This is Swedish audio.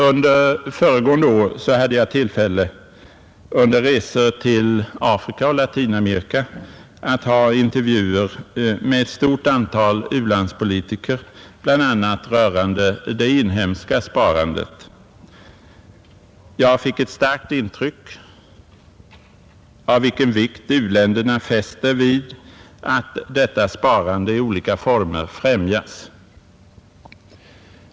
Under föregående år hade jag tillfälle att under resor till Afrika och Latinamerika göra intervjuer med ett stort antal u-landspolitiker., bl.a. rörande det inhemska sparandet i u-länderna. Jag fick ett starkt intryck av vilken vikt u-länderna fäster vid att detta sparande i olika former främjas.